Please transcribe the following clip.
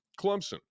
Clemson